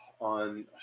on